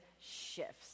shifts